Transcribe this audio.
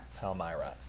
Palmyra